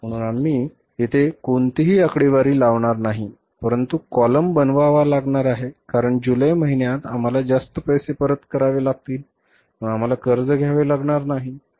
म्हणून आम्ही येथे कोणतीही आकडेवारी लावणार नाही परंतु column बनवावा लागणार आहे कारण जुलै महिन्यात आम्हाला जास्त पैसे परत करावे लागतील मग आम्हाला कर्ज घ्यावे लागणार नाही